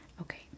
Okay